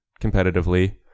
competitively